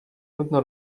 nutno